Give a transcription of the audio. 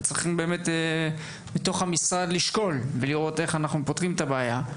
וצריך באמת בתוך המשרד לשקול ולראות איך אנחנו פותרים את הבעיה.